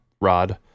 Rod